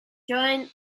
joanne